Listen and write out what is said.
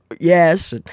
yes